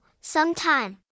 sometime